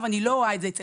לא אתן